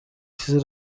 چیزی